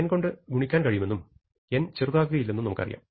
n കൊണ്ട് ഗുണിക്കാൻ കഴിയുമെന്നും n ചെറുതാകുകയില്ലെന്നും നമുക്കറിയാം